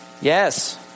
Yes